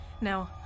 Now